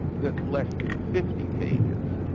that's less than fifty pages.